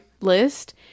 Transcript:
List